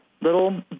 little